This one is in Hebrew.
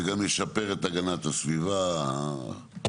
זה גם ישפר את הגנת הסביבה המקומית.